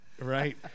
Right